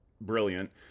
brilliant